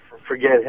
forget